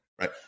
Right